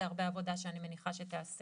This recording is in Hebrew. זה הרבה עבודה, שאני מניחה שתיעשה.